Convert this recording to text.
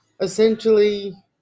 essentially